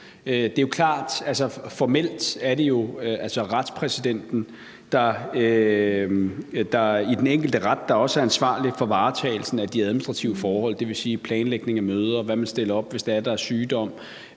også politisk. Formelt er det jo altså retspræsidenten i den enkelte ret, der også er ansvarlig for varetagelsen af de administrative forhold, det vil sige planlægning af møder, og hvad man stiller op, hvis der er sygdom